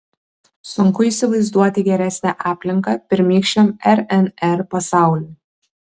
sunku įsivaizduoti geresnę aplinką pirmykščiam rnr pasauliui